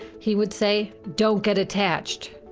he would say, don't get attached.